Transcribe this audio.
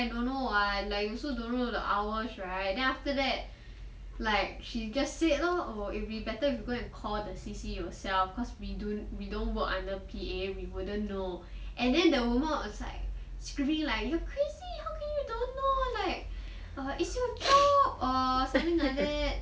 don't know [what] like you also don't know the hours right then after that like she just said you know it'll be better if you go and call the C_C yourself cause we don't work under P_A we wouldn't know and then the woman was like screaming like you crazy how can you don't know like it's your job something like that